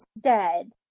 dead